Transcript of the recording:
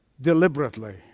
deliberately